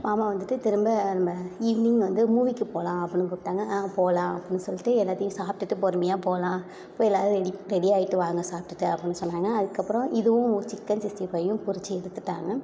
மாமா வந்துட்டு திரும்ப நம்ம ஈவ்னிங் வந்து மூவிக்கு போகலாம் அப்புடின்னு கூப்பிட்டாங்க போகலாம் அப்புடின்னு சொல்லிட்டு எல்லாத்தையும் சாப்பிட்டுட்டு பொறுமையாக போகலாம் போய் எல்லாேரும் ரெடி ரெடியாகிட்டு வாங்க சாப்பிட்டுட்டு அப்புடின்னு சொன்னாங்க அதுக்கப்புறம் இதுவும் சிக்கன் சிக்ஸ்டி ஃபைவும் பொரித்து எடுத்துவிட்டாங்க